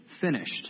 finished